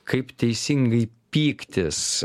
kaip teisingai pyktis